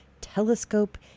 telescope